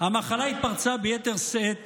המחלה התפרצה ביתר שאת